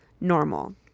normal